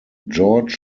george